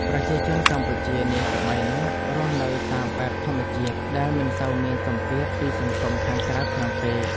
ប្រជាជនកម្ពុជានាសម័យនោះរស់នៅតាមបែបធម្មជាតិដែលមិនសូវមានសម្ពាធពីសង្គមខាងក្រៅខ្លាំងពេក។